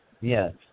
Yes